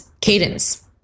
cadence